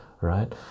right